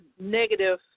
negative